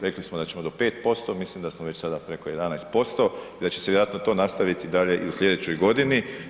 Rekli smo da ćemo do 5%, mislim da smo već sada preko 11%, da će se vjerojatno to nastaviti dalje i u sljedećoj godini.